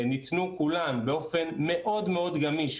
ניתנו כולם באופן מאוד מאוד גמיש,